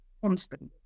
constantly